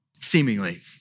seemingly